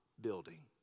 building